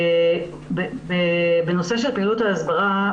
בנושא של פעילות ההסברה.